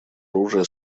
оружия